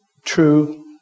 True